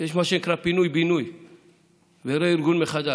יש מה שנקרא פינוי-בינוי ורה-ארגון, מחדש.